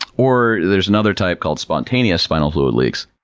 or, there's another type called spontaneous spinal fluid leaks.